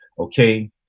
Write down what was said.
Okay